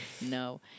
No